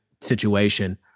situation